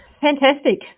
fantastic